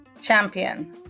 champion